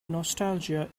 nostalgia